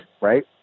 right